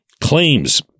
claims